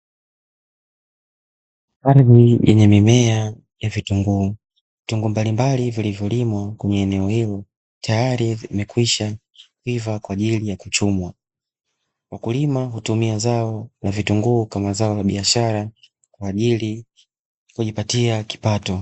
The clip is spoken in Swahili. Ardhi yenye mimea ya vitunguu. Vitunguu mbalimbali vilivyolimwa katika eneo hili tayari vimekwishaiva kwa ajili ya kuchumwa. Wakulima hutumia zao la vitunguu kama zao la biashara kwa ajili ya kujipatia kipato.